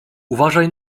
uważaj